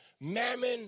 mammon